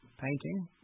painting